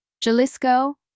Jalisco